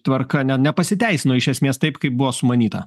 tvarka ne nepasiteisino iš esmės taip kaip buvo sumanyta